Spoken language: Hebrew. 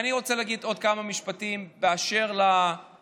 אני רוצה להגיד עוד כמה משפטים באשר למצב